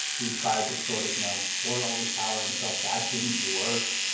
he tried to sort of you know hoard all this power himself. that didn't work.